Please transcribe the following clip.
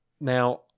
now